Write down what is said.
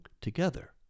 together